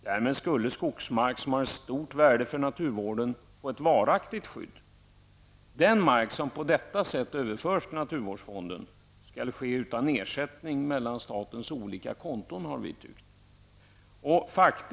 Därmed skulle skogsmark av stort värde för naturvården få ett varaktigt skydd. Den mark som på detta sätt överförs till naturvårdsfonden skall enligt vår mening ske utan ersättning mellan statens olika konton.